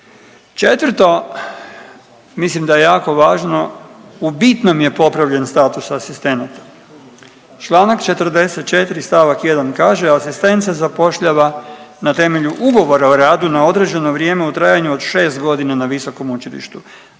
Četvrto, mislim da je jako važno u bitnom je popravljen status asistenata. Članak 44. stavak 1. kaže asistent se zapošljava na temelju ugovora o radu na određeno vrijeme u trajanju od 6 godina na visokom učilištu,